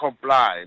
comply